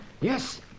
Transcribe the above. Yes